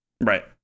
Right